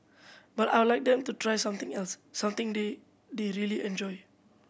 but I would like them to try something else something they they really enjoy